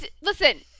Listen